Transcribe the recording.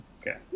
Okay